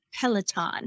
Peloton